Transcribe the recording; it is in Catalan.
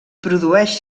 produeix